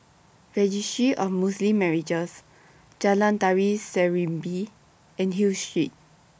Registry of Muslim Marriages Jalan Tari Serimpi and Hill Street